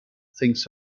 thinks